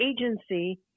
agency